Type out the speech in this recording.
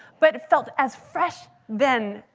but felt as fresh then,